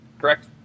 correct